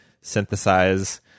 synthesize